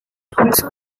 also